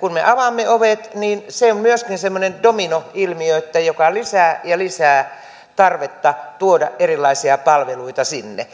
kun me avaamme ovet niin se on myöskin sellainen dominoilmiö joka lisää ja lisää tarvetta tuoda erilaisia palveluita sinne